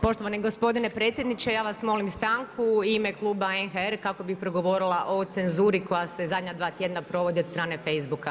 Poštovani gospodine predsjedniče, ja vas molim stanku u ime kluba NHR kako bi progovorila o cenzuri koja se zadnja dva tjedna provodi od strane Facebooka.